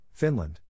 Finland